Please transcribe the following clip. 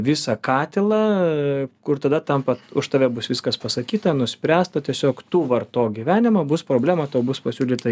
visą katilą kur tada tampa už tave bus viskas pasakyta nuspręsta tiesiog tu vartok gyvenimą bus problema tau bus pasiūlyta